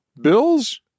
Bills